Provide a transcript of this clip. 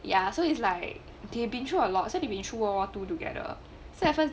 ya so it's like they have been through a lot so they been through world war two together so 好像